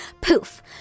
Poof